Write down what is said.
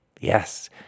Yes